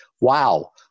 wow